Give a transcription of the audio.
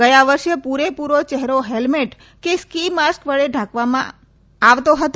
ગયા વર્ષે પૂરે પૂરો યહેરો હેલમેટ કે સ્કી માસ્ક વડે ઢાકવામાં આવતો હતો